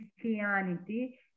Christianity